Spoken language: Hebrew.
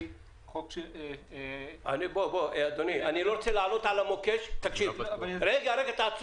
אני לא רוצה להיות בסרט